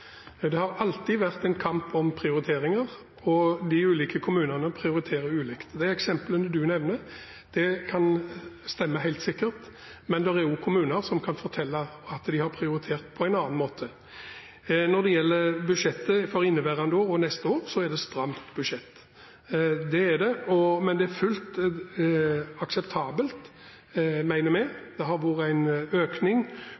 Det har alltid vært en kamp om prioriteringer, og de ulike kommunene prioriterer ulikt. Eksemplet representanten nevner, kan helt sikkert stemme, men det er også kommuner som kan fortelle at de har prioritert på annen måte. Når det gjelder budsjettet for inneværende og neste år, er det stramt, men vi mener det er fullt akseptabelt. Det har vært en økning på områder som Kristelig Folkeparti har prioritert, og hvor vi er